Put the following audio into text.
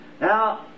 Now